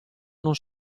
non